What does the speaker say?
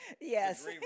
yes